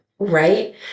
right